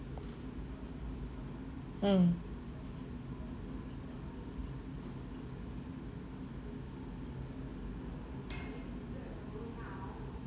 mm